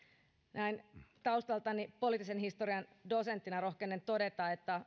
näin taustaltani poliittisen historian dosenttina rohkenen todeta että